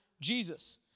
Jesus